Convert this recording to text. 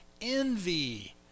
envy